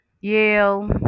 Yale